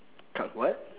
cut what